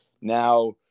now